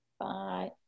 Bye